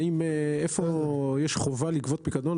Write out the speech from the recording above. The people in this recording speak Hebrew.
איפה יש חובה לגבות פיקדון,